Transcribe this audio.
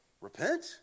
repent